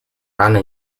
rana